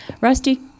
Rusty